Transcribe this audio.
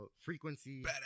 frequency